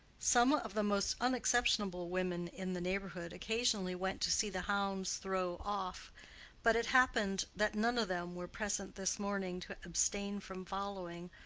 some of the most unexceptionable women in the neighborhood occasionally went to see the hounds throw off but it happened that none of them were present this morning to abstain from following,